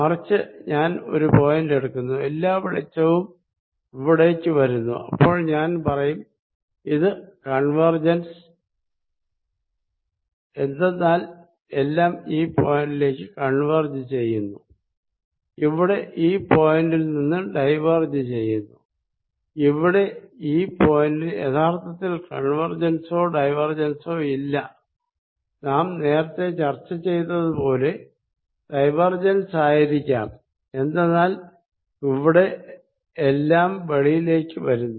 മറിച്ച് ഞാൻ ഒരു പോയിന്റ് എടുക്കുന്നു എല്ലാ വെളിച്ചവും ഇവിടേക്ക് വരുന്നു അപ്പോൾ ഞാൻ പറയും ഇത് കൺവേർജെൻസ് എന്തെന്നാൽ എല്ലാം ഈ പോയിന്റിലേക്ക് കൺവേർജ് ചെയ്യുന്നു ഇവിടെ ഈ പോയിന്റിൽ നിന്നും ഡൈവേർജ് ചെയ്യുന്നു ഇവിടെ ഈ പോയിന്റിൽ യഥാർത്ഥത്തിൽ കൺവേർജെൻസോ ഡൈവേർജെൻസൊ ഇല്ല നാം നേരത്തെ ചർച്ച ചെയ്തത് പോലെ ഡൈവേർജെൻസ് ആയിരിക്കാം എന്തെന്നാൽ എല്ലാം ഇവിടെ വെളിയിലേക്ക് വരുന്നു